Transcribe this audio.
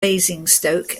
basingstoke